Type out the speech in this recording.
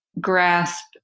grasp